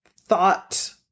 thought